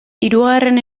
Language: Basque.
hirugarren